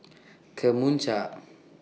Kemunchup